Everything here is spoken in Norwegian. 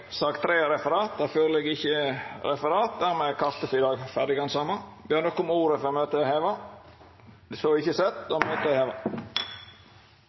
sak nr. 2 ferdig. Det ligg ikkje føre noko referat. Dermed er kartet for i dag ferdig handsama. Ber nokon om ordet før møtet vert heva. – Møtet er heva.